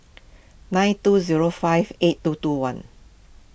nine two zero five eight two two one